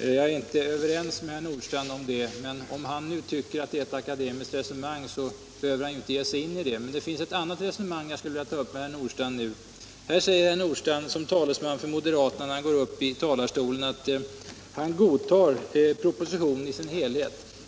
Jag är inte överens med herr Nordstrandh om det, men om han tycker att det är ett akademiskt resonemang behöver han ju inte ge sig in i det. Men det finns ett annat resonemang som jag skulle vilja ta upp med herr Nordstrandh. Här säger herr Nordstrandh som talesman för moderaterna när han går upp i talarstolen att han godtar propositionen i dess helhet.